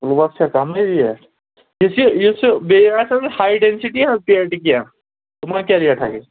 کُلوَس چھےٚ کمٕے ریٹ یُس یہِ یُس یہِ بیٚیہِ آسہِ ہاے ڈٮ۪نسِٹی ہِنٛز پیٹہِ کینٛہہ تِمَن کیٛاہ ریٹھاہ گژھِ